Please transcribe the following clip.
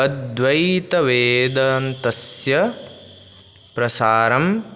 अद्वैतवेदान्तस्य प्रसारम्